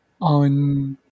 on